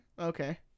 Okay